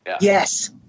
Yes